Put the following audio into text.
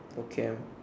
for Chem